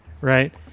right